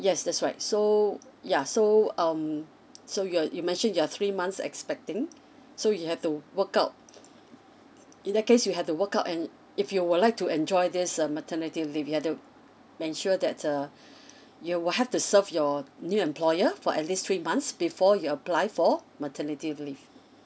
yes that's right so yeah so um so you're you mention you're three months expecting so you have to work out in that case you have to work out and if you would like to enjoy this uh maternity leave you have to ensure that uh you will have to serve your new employer for at least three months before you apply for maternity leave